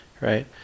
Right